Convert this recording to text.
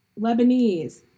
Lebanese